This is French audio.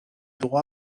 droit